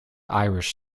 irish